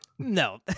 No